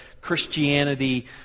Christianity